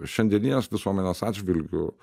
šiandieninės visuomenės atžvilgiu